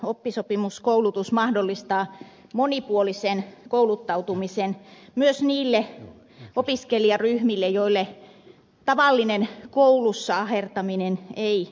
oppisopimuskoulutus mahdollistaa monipuolisen kouluttautumisen myös niille opiskelijaryhmille joille tavallinen koulussa ahertaminen ei satu